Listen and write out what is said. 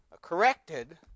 corrected